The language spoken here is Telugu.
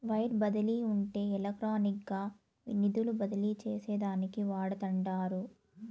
వైర్ బదిలీ అంటే ఎలక్ట్రానిక్గా నిధులు బదిలీ చేసేదానికి వాడతండారు